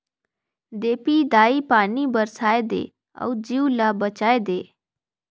देपी दाई पानी बरसाए दे अउ जीव ल बचाए दे